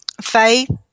Faith